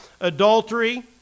adultery